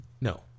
No